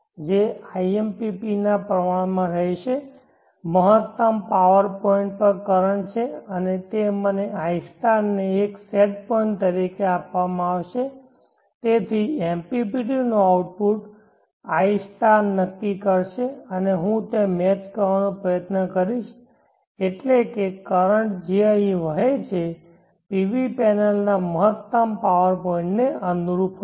જે impp ના પ્રમાણમાં રહેશે મહત્તમ પાવર પોઇન્ટ પર કરંટ છે અને તે મને i ને એક સેટ પોઇન્ટ તરીકે આપવામાં આવશે તેથી MPPT નું આઉટપુટ i નક્કી કરશે અને હું તે મેચ કરવાનો પ્રયત્ન કરીશ એટલે કે કરંટ જે અહીં વહે છે PV પેનલના મહત્તમ પાવર પોઇન્ટને અનુરૂપ હશે